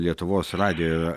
lietuvos radijo